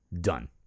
done